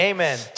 Amen